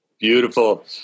Beautiful